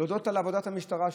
על עבודת המשטרה שנעשית.